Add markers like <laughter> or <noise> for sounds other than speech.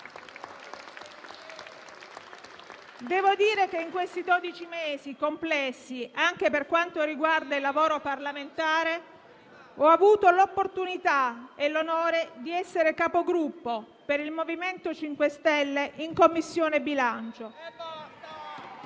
<applause> In questi dodici mesi complessi, anche per quanto riguarda il lavoro parlamentare, ho avuto l'opportunità e l'onore di essere Capogruppo del MoVimento 5 Stelle in Commissione bilancio.